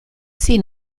sie